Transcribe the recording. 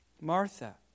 Martha